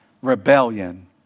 rebellion